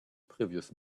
previous